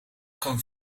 kan